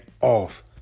off